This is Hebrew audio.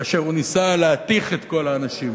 כאשר הוא ניסה להתיך את כל האנשים,